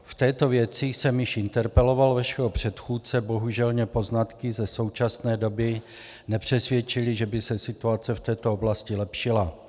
V této věci jsem již interpeloval vaše předchůdce, bohužel mě poznatky ze současné doby nepřesvědčily, že by se situace v této oblasti lepšila.